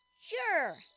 Sure